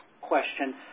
question